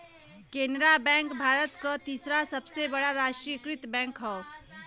Canara bank Bharat क तीसरा सबसे बड़ा राष्ट्रीयकृत बैंक हौ